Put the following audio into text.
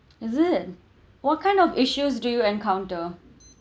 is it what kind of issues do you encounter